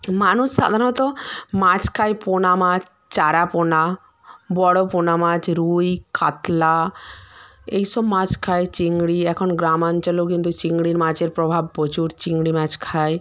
মানুষ সাধারণত মাছ খায় পোনা মাছ চারা পোনা বড় পোনা মাছ রুই কাতলা এইসব মাছ খায় চিংড়ি এখন গ্রামাঞ্চলেও কিন্তু চিংড়ি মাছের প্রভাব প্রচুর চিংড়ি মাছ খায়